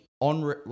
on